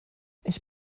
ich